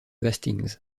hastings